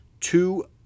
two